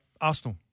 Arsenal